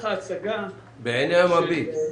בעיני המביט.